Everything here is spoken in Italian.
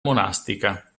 monastica